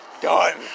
done